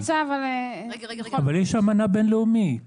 יש אמנה בין לאומית